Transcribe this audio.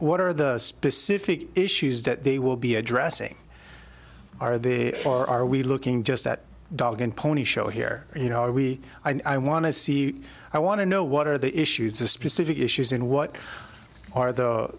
are the specific issues that they will be addressing are there or are we looking just that dog and pony show here you know are we i want to see i want to know what are the issues the specific issues in what are the